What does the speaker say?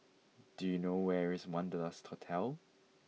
do you know where is Wanderlust Hotel